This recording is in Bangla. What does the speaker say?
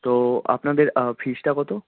তো আপনাদের ফিসটা কত